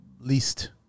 least